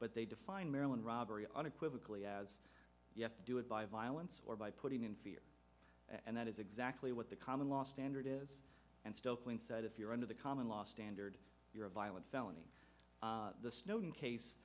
but they define maryland robbery unequivocally as you have to do it by violence or by putting in fear and that is exactly what the common law standard is and still quinn said if you're under the common law standard you're a violent felony the snowden case